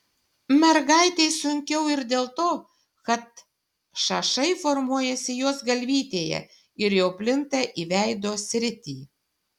mergaitei sunkiau ir dėl to kad šašai formuojasi jos galvytėje ir jau plinta į veido sritį